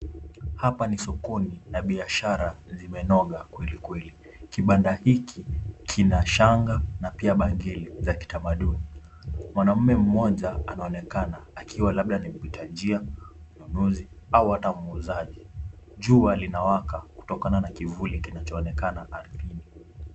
Hapa ni sokoni na biashara lime noga kwelikweli. Kibanda hiki kina shanga na pia bangili za kitamaduni. Mwanaume mmoja anaonekana akiwa labda ni mpita njia, mnunuzi au ata muuzaji. Jua lina waka kutokana na kivuli kinacho onekana ardhini.